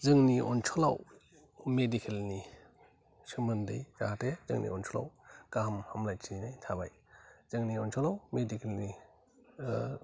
जोंनि ओनसोलआव मेडिकेल नि सोमोन्दै जाहाथे जोंनि ओनसोलआव गाहाम हाब्लायथिनाय थाबाय जोंनि ओसोलआव मेडिकेल नि